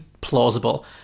plausible